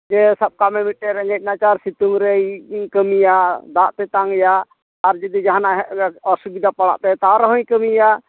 ᱡᱮ ᱥᱟᱵ ᱠᱟᱜ ᱢᱮ ᱢᱤᱫᱴᱟᱝ ᱨᱮᱸᱜᱮᱡ ᱱᱟᱪᱟᱨ ᱥᱤᱛᱩᱝ ᱨᱮᱭ ᱠᱟᱹᱢᱤᱭᱟ ᱫᱟᱜ ᱛᱮᱛᱟᱝᱮᱭᱟ ᱟᱨ ᱡᱩᱫᱤ ᱡᱟᱦᱟᱸᱱᱟᱜ ᱚᱥᱩᱵᱤᱫᱟ ᱯᱟᱲᱟᱜ ᱛᱟᱭᱟ ᱛᱟᱣ ᱨᱮᱦᱚᱸᱭ ᱠᱟᱹᱢᱤᱭᱟ